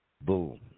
Boom